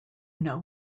know